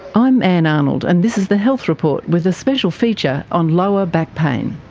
i'm anne arnold and this is the health report with a special feature on lower back pain.